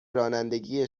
رانندگی